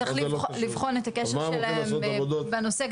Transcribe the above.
צריך לבחון את הקשר שלהם בנושא,